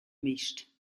mischt